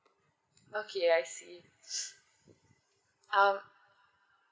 okay I see um